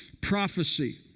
prophecy